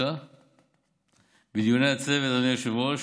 אדוני היושב-ראש,